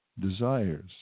desires